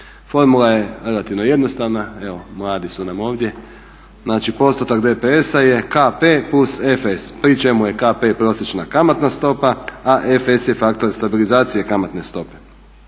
Formula je relativno jednostavna, evo mladi su nam ovdje, postotak DPS-a je KP+FS pri čemu je KP-prosječna kamatna stopa, a FS-faktor stabilizacije kamatne stope.